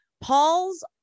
Paul's